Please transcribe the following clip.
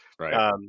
Right